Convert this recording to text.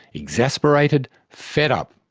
exasperated, fed up.